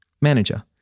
manager